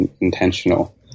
intentional